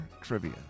trivia